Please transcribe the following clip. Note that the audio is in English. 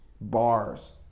bars